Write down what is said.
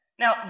Now